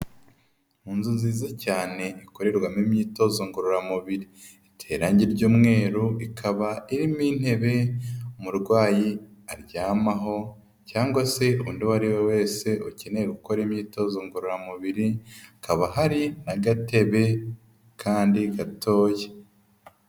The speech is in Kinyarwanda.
Mu nzu nziza cyane ikorerwamo imyitozo ngororamubiri. Iteye irangi ry'umweru, ikaba irimo intebe umurwayi aryamaho cyangwa se undi uwo ari we wese ukeneye gukora imyitozo ngororamubiri, hakaba hari n'agatebe kandi gatoya.